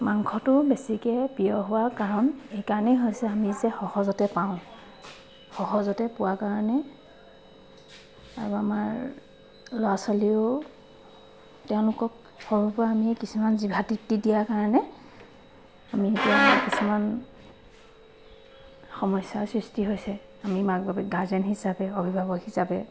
ৱ মাংসটো বেছিকৈ প্ৰিয় হোৱা কাৰণ এইকাৰণেই হৈছে আমি যে সহজতে পাওঁ সহজতে পোৱা কাৰণে আৰু আমাৰ ল'ৰা ছোৱালীয়েও তেওঁলোকক সৰুৰে পৰা আমি কিছুমান জিভা তৃপ্তি দিয়া কাৰণে আমি সেইটো কিছুমান সমস্যাৰ সৃষ্টি হৈছে আমি মাক বাপেক গাৰ্জেন হিচাপে অভিভাৱক হিচাপে